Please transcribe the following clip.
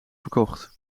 verkocht